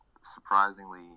surprisingly